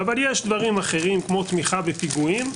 אבל יש דברים אחרים כמו תמיכה בפיגועים,